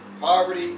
Poverty